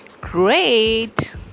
great